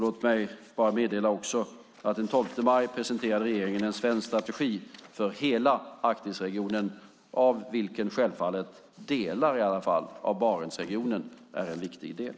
Låt mig också meddela att den 12 maj presenterade regeringen en svensk strategi för hela Arktisregionen av vilken i alla fall delar av Barentsregionen är en viktig del.